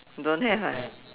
don't have ah